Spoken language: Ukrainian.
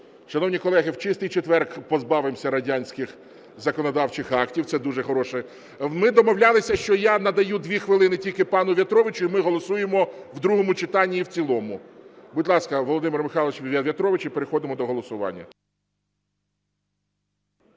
Шановні колеги, в Чистий четвер позбавимося радянських законодавчих актів, це дуже хороше. Ми домовлялися, що я надаю 2 хвилини тільки пану В'ятровичу, і ми голосуємо в другому читанні і в цілому. Будь ласка, Володимир Михайлович В'ятрович, і переходимо до голосування.